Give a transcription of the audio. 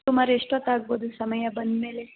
ಸುಮಾರು ಎಷ್ಟೊತ್ತು ಆಗ್ಬೋದು ಸಮಯ ಬಂದ ಮೇಲೆ